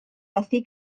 methu